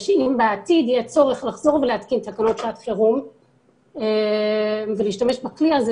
ושאם בעתיד יהיה צורך לחזור ולהתקין תקנות שעת חירום ולהשתמש בכלי הזה,